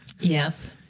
Yes